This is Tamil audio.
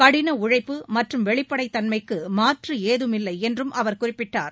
கடின உழைப்பு மற்றும் வெளிப்படைத்தன்மைக்கு மாற்று ஏதுமில்லை என்றும் அவர் குறிப்பிட்டார்